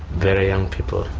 very young people,